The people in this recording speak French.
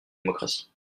démocratie